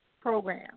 program